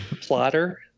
plotter